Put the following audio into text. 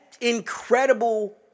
incredible